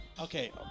Okay